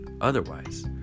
Otherwise